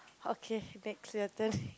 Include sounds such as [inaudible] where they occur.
okay next your turn [breath]